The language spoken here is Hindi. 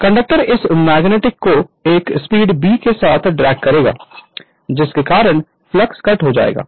कंडक्टर इस मैग्नेट को एक स्पीड B के साथ ड्रैग करेगा जिसके कारण फ्लक्स कट हो जाएगा